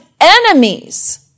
enemies